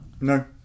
No